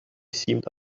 seemed